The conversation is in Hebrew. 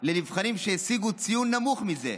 לנבחנים שהשיגו ציון נמוך מזה.